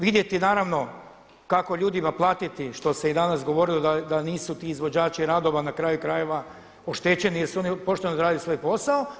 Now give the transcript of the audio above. Vidjeti naravno kako ljudima platiti što se i danas govorilo da nisu ti izvođači radova na kraju krajeva oštećeni jer su oni pošteno odradili svoj posao.